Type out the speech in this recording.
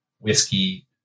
whiskey